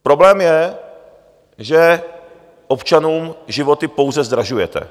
Problém je, že občanům životy pouze zdražujete.